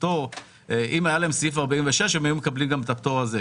לפנינו החלטת הביטוח לאומי בעניינו